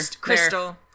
Crystal